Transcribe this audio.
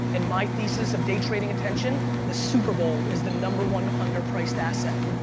in my thesis of day trading attention, the super bowl is the number one under-priced asset.